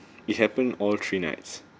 it happened all three nights